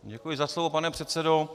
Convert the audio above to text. Děkuji za slovo, pane předsedo.